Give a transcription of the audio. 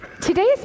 Today's